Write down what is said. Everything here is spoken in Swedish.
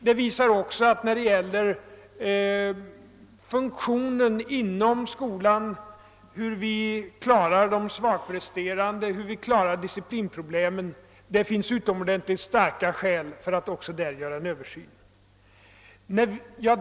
Den visar att vi när det gäller funktionen inom skolan, för att klara de svagpresterande och för att komma till rätta med disciplinproblemen, anser att det finns starka skäl att göra en översyn.